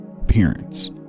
Appearance